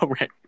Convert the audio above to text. right